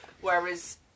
whereas